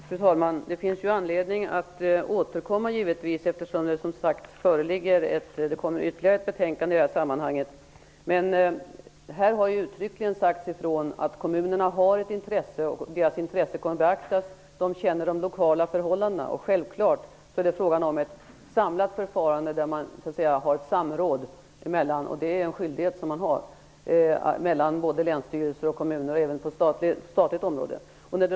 Fru talman! Det finns givetvis anledning att återkomma i frågan. Det föreligger ytterligare ett betänkande i sammanhanget. Här har tydligt sagts att kommunernas intressen skall beaktas. Kommunerna känner till de lokala förhållandena. Självfallet är det fråga om ett samlat förfarande där det finns ett samråd mellan länsstyrelser och kommuner. Det är en skyldighet även på det statliga området.